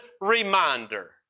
reminder